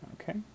Okay